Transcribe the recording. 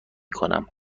کنم